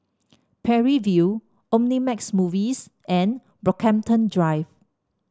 Parry View Omnimax Movies and Brockhampton Drive